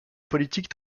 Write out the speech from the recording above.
politique